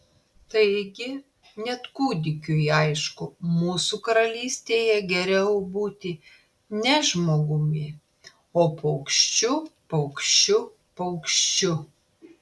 taigi net kūdikiui aišku mūsų karalystėje geriau būti ne žmogumi o paukščiu paukščiu paukščiu